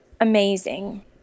amazing